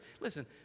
Listen